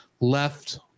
Left